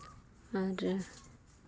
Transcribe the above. ᱟᱨ